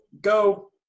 go